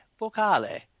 vocale